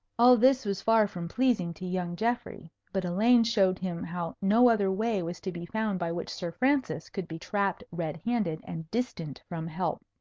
all this was far from pleasing to young geoffrey. but elaine showed him how no other way was to be found by which sir francis could be trapped red-handed and distant from help.